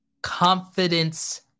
Confidence